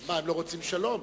אז מה, הם לא רוצים שלום?